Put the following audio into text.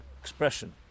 expression